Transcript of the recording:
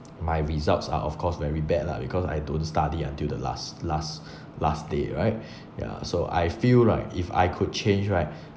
my results are of course very bad lah because I don't study until the last last last day right ya so I feel like if I could change right